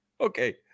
okay